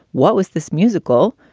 what was this musical?